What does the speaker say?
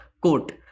quote